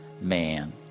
man